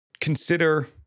consider